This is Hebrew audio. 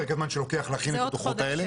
שלוקח להכין את הדו"חות האלה.